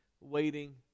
waiting